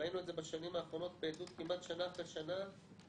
ראינו את זה בשנים האחרונות בעדות כמעט שנה אחרי שנה,